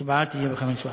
ההצבעה תהיה ב-05:10.